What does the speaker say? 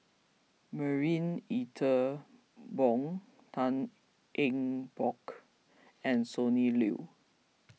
Marie Ethel Bong Tan Eng Bock and Sonny Liew